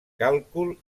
càlcul